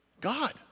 God